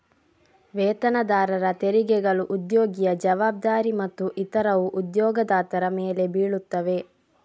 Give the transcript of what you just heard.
ವೇತನದಾರರ ತೆರಿಗೆಗಳು ಉದ್ಯೋಗಿಯ ಜವಾಬ್ದಾರಿ ಮತ್ತು ಇತರವು ಉದ್ಯೋಗದಾತರ ಮೇಲೆ ಬೀಳುತ್ತವೆ